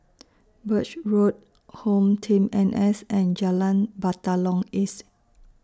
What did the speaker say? Birch Road HomeTeam N S and Jalan Batalong East